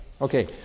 Okay